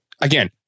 again